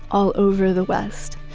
all over the west.